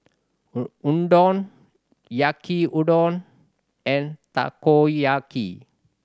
Unadon Yaki Udon and Takoyaki